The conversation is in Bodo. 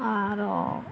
आरो